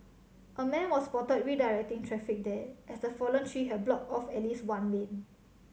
a man was spotted redirecting traffic there as the fallen tree had blocked off at least one lane